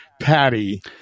patty